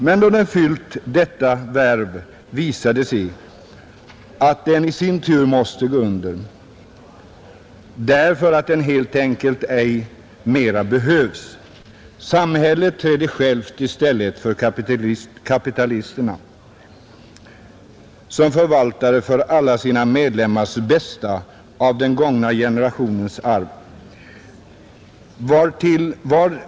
Men då den fyllt detta värv visar det sig, att den i sin tur måste gå under, därför att den helt enkelt ej mera behövs. Samhället träder självt i stället för kapitalisterna som förvaltare till alla sina medlemmars bästa av de gångna generationernas arv.